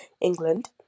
England